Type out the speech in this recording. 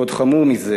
ועוד חמור מזה,